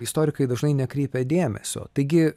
istorikai dažnai nekreipia dėmesio taigi